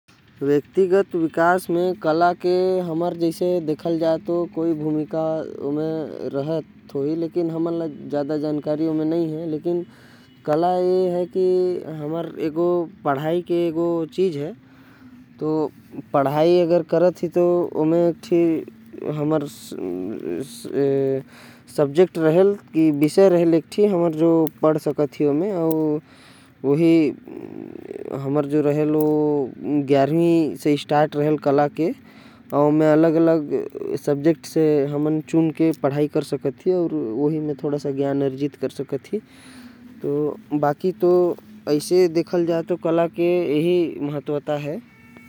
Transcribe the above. व्यक्तित्व विकास में कला के कोई भूमिका रहत। होही ओकर में जानकारी तो नहीं है। लेकिन कला हमर पढ़ाई में एक विषय रहते। जेकर में हमन पढ़ाई कर सकत ही ग्यारवी से। और जानकारी अर्जित कर सकत ही।